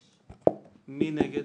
סליחה, מי נמנע?